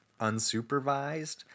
unsupervised